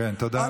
כן, תודה רבה.